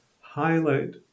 highlight